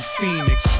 phoenix